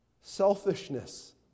Selfishness